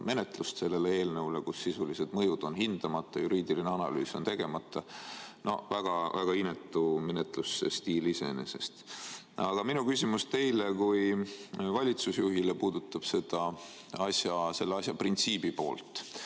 menetlust sellele eelnõule, st sisulised mõjud on hindamata, juriidiline analüüs on tegemata. Väga inetu menetluse stiil iseenesest. Aga minu küsimus teile kui valitsusjuhile puudutab selle asja printsiipi.